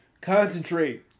Concentrate